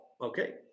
Okay